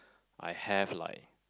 I have like